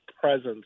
presence